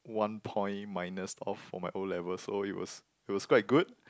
one point minus off from my O-level so it was it was quite good